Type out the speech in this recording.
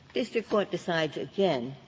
district court decides again,